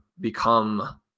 become